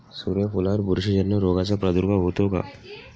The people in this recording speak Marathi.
सूर्यफुलावर बुरशीजन्य रोगाचा प्रादुर्भाव होतो का?